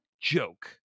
joke